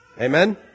Amen